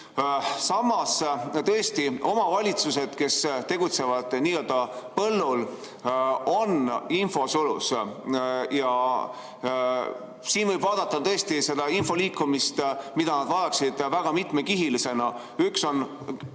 Samas tõesti, omavalitsused, kes tegutsevad nii-öelda põllul, on infosulus. Ja siin võib vaadata seda info liikumist, mida nad vajaksid, väga mitmekihilisena. Üks on